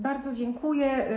Bardzo dziękuję.